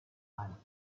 ein